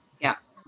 Yes